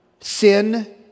Sin